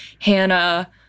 Hannah